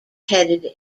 headed